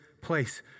place